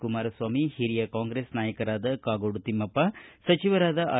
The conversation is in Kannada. ಕುಮಾರ ಸ್ವಾಮಿ ಹಿರಿಯ ಕಾಂಗ್ರೆಸ್ ನಾಯಕರಾದ ಕಾಗೋಡು ತಿಮ್ಮಪ್ಪ ಸಚಿವರಾದ ಆರ್